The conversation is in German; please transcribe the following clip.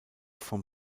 vom